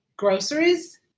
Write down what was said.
Groceries